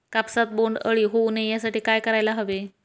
कापसात बोंडअळी होऊ नये यासाठी काय करायला हवे?